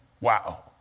Wow